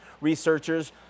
researchers